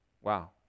wow